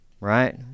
Right